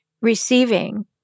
receiving